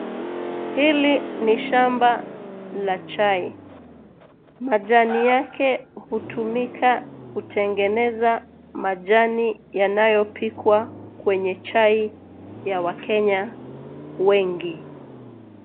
Hili ni shamba la chai. Majani yake hutumika kutengeneza majani yanayopikwa kwenye chai ya wakenya wengi.